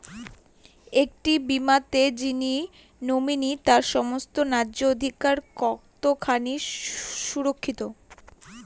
একটি বীমাতে যিনি নমিনি তার সমস্ত ন্যায্য অধিকার কতখানি সুরক্ষিত?